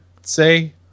say